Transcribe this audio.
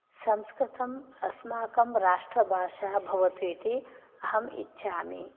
संस्कृतम् अस्माकं राष्ट्रभाषा भवतु इति अहम् इच्छामि